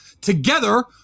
together